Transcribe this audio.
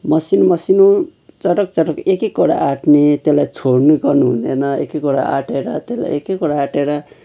मसिनो मसिनो चटक चटक एक एकवटा आँट्ने त्यसलाई छोड्ने गर्नुहुँदैन एक एकवटा आँटेर त्यसलाई एक एकवटा आँटेर